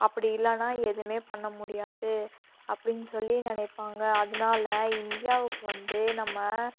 அப்படி இல்லைனா எதுவுமே பண்ண முடியாது அப்படினு சொல்லி நினைப்பாங்க அதனால் இந்தியாவுக்கு வந்து நம்ம